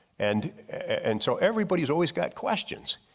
and and so, everybody's always got questions.